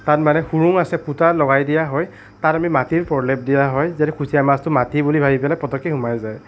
তাত মানে খোৰোং আছে ফুটা লগাই দিয়া হয় তাত আমি মাটিৰ প্ৰলেপ দিয়া হয় যাতে কুচীয়া মাছটো মাটি বুলি ভাবি পেলাই পটককৈ সোমাই যায়